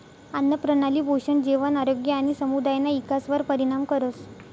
आन्नप्रणाली पोषण, जेवण, आरोग्य आणि समुदायना इकासवर परिणाम करस